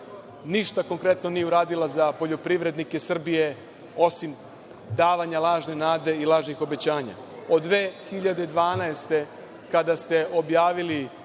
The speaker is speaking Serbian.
ništa konkretno nije uradila za poljoprivrednike Srbije osim davanja lažne nade i lažnih obećanja. Od 2012. godine, kada ste objavili